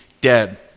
dead